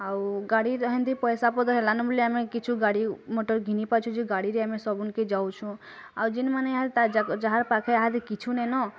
ଆଉ ଗାଡ଼ିରେ ହେନ୍ତି ବି ପଇସା ପାତର ହେଲାନ ବୋଲି ଆମେ କିଛୁ ଗାଡ଼ି ମଟର ଘିନି ପାରୁଛୁ ଯେ ଗାଡ଼ିରେ ଆମେ ସବୁନ୍ କେ ଯାଉଛୁ ଆଉ ଯିନ୍ ମାନେ ଏହା ଯାହା ପାଖେ ଏହାଦେ କିଛୁ ନେଇନ୍